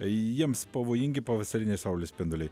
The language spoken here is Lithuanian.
jiems pavojingi pavasariniai saulės spinduliai